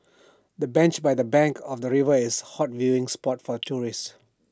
the bench by the bank of the river is A hot viewing spot for tourists